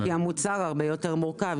כי המוצר הרבה יותר מורכב.